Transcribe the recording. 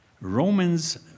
Romans